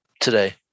today